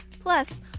Plus